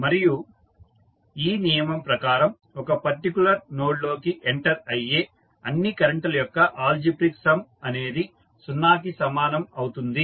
మరియు ఈ నియమం ప్రకారం ఒక పర్టికులర్ నోడ్ లోకి ఎంటర్ అయ్యే అన్ని కరెంటుల యొక్క అల్జీబ్రిక్ సమ్ అనేది సున్నాకి సమానం అవుతుంది